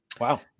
Wow